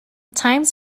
times